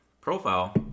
profile